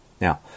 Now